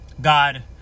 God